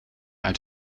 uit